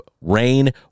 rain